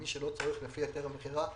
למי שלא צורך לפי היתר המכירה,